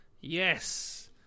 yes